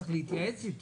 אז צריך להתייעץ איתו.